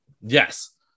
Yes